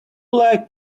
like